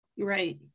right